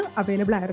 available